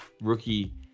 rookie